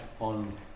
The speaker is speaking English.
on